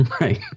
Right